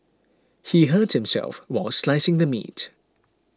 he hurt himself while slicing the meat